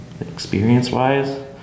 Experience-wise